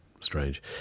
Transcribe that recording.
strange